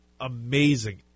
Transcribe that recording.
amazing